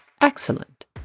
excellent